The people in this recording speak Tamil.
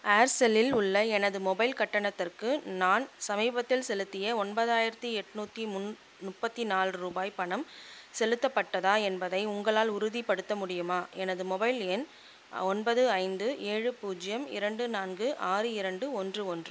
ஏர்செல்லில் உள்ள எனது மொபைல் கட்டணத்திற்கு நான் சமீபத்தில் செலுத்திய ஒன்பதாயிரத்து எட்நூற்று முன் முப்பத்தி நாலு ரூபாய் பணம் செலுத்தப்பட்டதா என்பதை உங்களால் உறுதிப்படுத்த முடியுமா எனது மொபைல் எண் ஒன்பது ஐந்து ஏழு பூஜ்ஜியம் இரண்டு நான்கு ஆறு இரண்டு ஒன்று ஒன்று